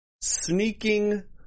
sneaking